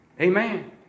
Amen